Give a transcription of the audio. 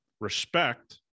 Respect